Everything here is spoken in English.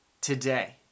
today